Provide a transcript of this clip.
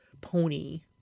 pony